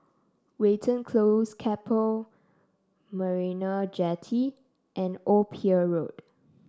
Watten Close Keppel Marina Jetty and Old Pier Road